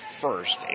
first